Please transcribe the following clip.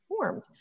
formed